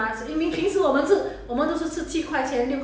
orh lunch ah